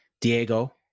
Diego